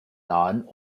nahen